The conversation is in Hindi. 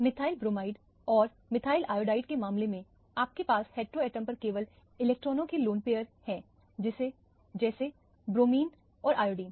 मिथाइल ब्रोमाइड और मिथाइल आयोडाइड के मामले में आपके पास हेटेरोटॉम पर केवल इलेक्ट्रॉनों के लोन पैयर है जैसे ब्रोमीन और आयोडीन